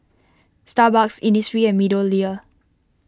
Starbucks Innisfree and MeadowLea